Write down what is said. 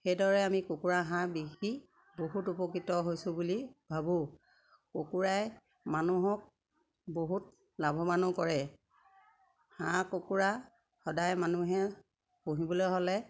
সেইদৰে আমি কুকুৰা হাঁহ পুহি বহুত উপকৃত হৈছোঁ বুলি ভাবোঁ কুকুৰাই মানুহক বহুত লাভৱানো কৰে হাঁহ কুকুৰা সদায় মানুহে পুহিবলৈ হ'লে হাতত